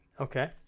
Okay